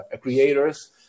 creators